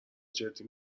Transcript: جدی